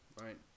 right